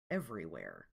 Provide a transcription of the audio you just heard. everywhere